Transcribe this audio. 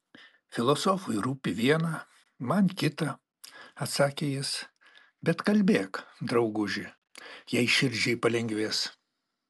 filosofui rūpi viena man kita atsakė jis bet kalbėk drauguži jei širdžiai palengvės